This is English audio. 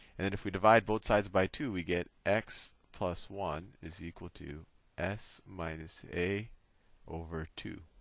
and and if we divide both sides by two, we get x plus one is equal to s minus a over two.